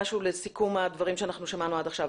לסיכום הדברים שאנחנו שמענו עד עכשיו.